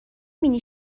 بینی